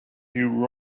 you